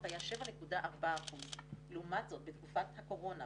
היה 7.4%. לעומת זאת בתקופת הקורונה,